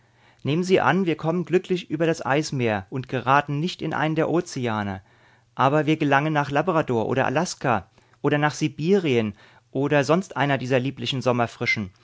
nehmen sie an wir kommen glücklich über das eismeer und geraten nicht in einen der ozeane aber wir gelangen nach labrador oder alaska oder nach sibirien oder sonst einer dieser lieblichen